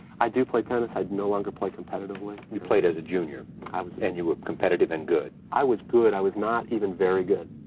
i do play tennis. i no longer play competitively. you played as a junior. i was and you were competitive and good. i was good. i was not even very good.